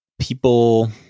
people